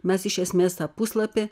mes iš esmės tą puslapį